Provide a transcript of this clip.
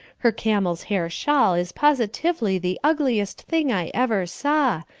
her camels'-hair shawl is positively the ugliest thing i ever saw,